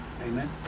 Amen